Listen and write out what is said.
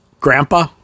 grandpa